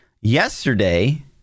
yesterday